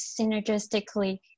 synergistically